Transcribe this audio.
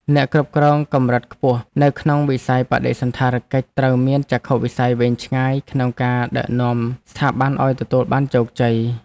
អ្នកគ្រប់គ្រងកម្រិតខ្ពស់នៅក្នុងវិស័យបដិសណ្ឋារកិច្ចត្រូវមានចក្ខុវិស័យវែងឆ្ងាយក្នុងការដឹកនាំស្ថាប័នឱ្យទទួលបានជោគជ័យ។